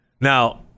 Now